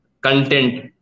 content